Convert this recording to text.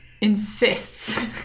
insists